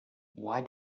why